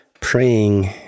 praying